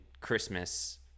Christmas